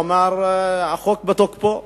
הוא אומר החוק בתוקפו.